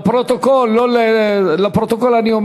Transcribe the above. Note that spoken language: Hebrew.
לפרוטוקול אני אומר